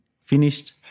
Finished